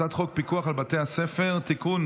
הצעת חוק פיקוח על בתי ספר (תיקון,